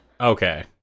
Okay